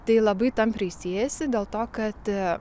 tai labai tampriai siejasi dėl to kad